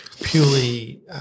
purely